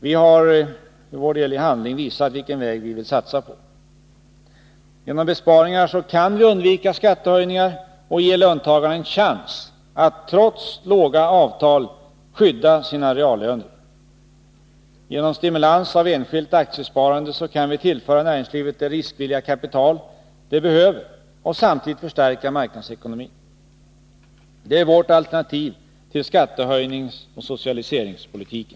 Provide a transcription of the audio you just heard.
Vi har i handling visat vilken väg vi vill satsa på: genom besparingar kan vi undvika skattehöjningar och ge löntagarna en chans att trots låga avtal skydda sina reallöner. Genom stimulans av enskilt aktiesparande kan vi tillföra näringslivet det riskviliga kapital det behöver och samtidigt förstärka marknadsekonomin. Det är vårt alternativ till skattehöjningsoch socialiseringspolitiken.